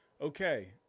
Okay